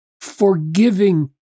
forgiving